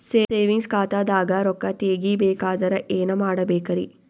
Savings ಖಾತಾದಾಗ ರೊಕ್ಕ ತೇಗಿ ಬೇಕಾದರ ಏನ ಮಾಡಬೇಕರಿ?